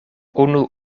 unu